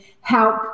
help